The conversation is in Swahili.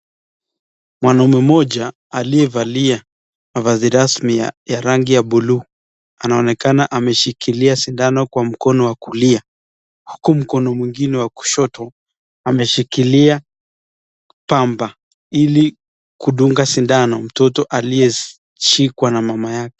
Mwanaume mmoja aliyevalia mavazi rasmi ya rangi ya bluu anaonekana ameshikilia sindano kwa mkono wa kulia huku mkono mwingine wa kushoto ameshikilia pamba, ili kundunga sindano mtoto aliyeshikwa na mama yake.